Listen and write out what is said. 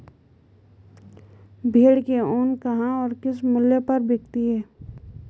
भेड़ की ऊन कहाँ और किस मूल्य पर बिकती है?